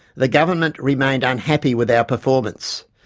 the government remained unhappy with our performance.